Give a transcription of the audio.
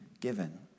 given